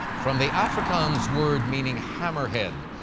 from the africans' word meaning hammerhead,